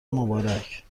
مبارک